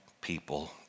people